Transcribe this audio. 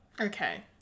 Okay